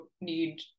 need